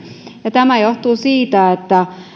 ja tämä johtuu siitä että